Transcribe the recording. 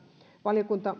valiokunta